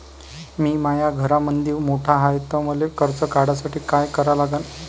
मी माया घरामंदी मोठा हाय त मले कर्ज काढासाठी काय करा लागन?